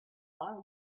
mai